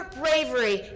bravery